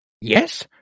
Yes